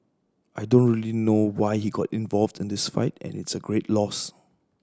I don't real know why he got involved in this fight and it's a great loss